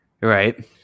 Right